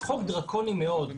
זה חוק דרקוני מאוד,